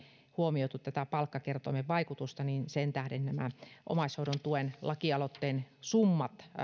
huomioitu tätä palkkakertoimen vaikutusta niin sen tähden nämä omaishoidon tuen lakialoitteen summat